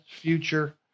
future